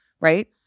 right